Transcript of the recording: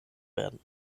werden